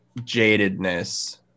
jadedness